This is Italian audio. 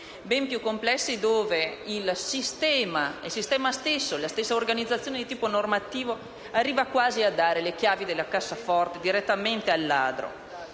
ben più complessi, in cui il sistema stesso e la stessa organizzazione di tipo normativo arrivano quasi a dare le chiavi della cassaforte direttamente al ladro.